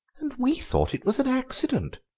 and we thought it was an accident!